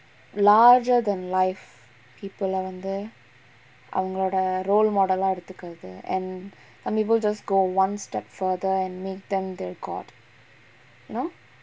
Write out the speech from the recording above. larger than life people எல்லா வந்து அவங்களோட:ella vanthu avangaloda role model எல்லாம் எடுத்துக்கறது:ellam eduthukkarathu and some people just go one step further and make them their god you know